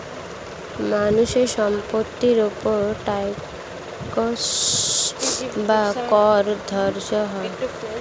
মানুষের সম্পত্তির উপর ট্যাক্স বা কর ধার্য হয়